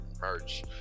merch